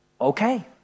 okay